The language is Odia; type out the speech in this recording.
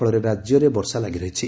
ଫଳରେ ରାକ୍ୟରେ ବର୍ଷା ଲାଗିରହିଛି